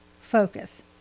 focus